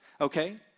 Okay